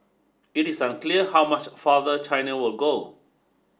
it is unclear how much farther China will go